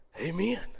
Amen